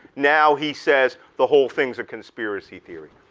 now he says the whole thing's a conspiracy theory.